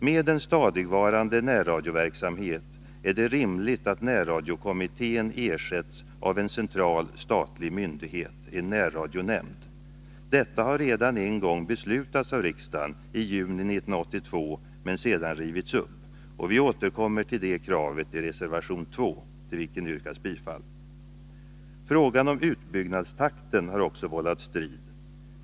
Med en stadigvarande närradioverksamhet är det rimligt att närradiokommittén ersätts av en central statlig myndighet, en närradionämnd. Detta har redan en gång beslutats av riksdagen, i juni 1982, men sedan rivits upp. Vi återkommer till det kravet i reservation 2, till vilken yrkas bifall. Frågan om utbyggnadstakten har också vållat strid.